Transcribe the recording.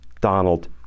Donald